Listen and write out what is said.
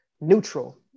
neutral